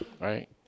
right